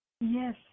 Yes